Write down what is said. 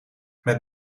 met